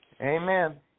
Amen